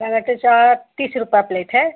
tomato chaat तीस रुपया plate है